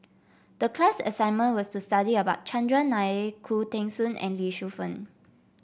the class assignment was to study about Chandran Nair Khoo Teng Soon and Lee Shu Fen